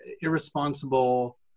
irresponsible